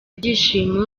ibyishimo